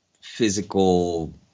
physical